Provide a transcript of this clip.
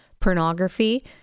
pornography